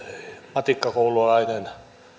matikkakoululainen